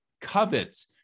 covets